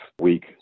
week